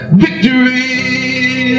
victory